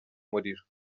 muriro